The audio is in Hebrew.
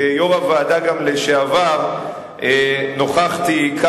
גם כיושב-ראש הוועדה לשעבר נוכחתי עד